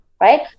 right